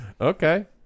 Okay